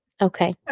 Okay